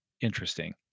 interesting